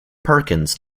perkins